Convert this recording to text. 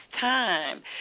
time